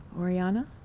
Oriana